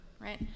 right